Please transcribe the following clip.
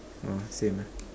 orh same ah